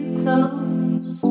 close